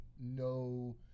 no